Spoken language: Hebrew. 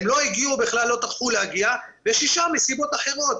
הם לא טרחו להגיע, ושישה מסיבות אחרות.